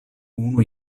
unu